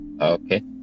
okay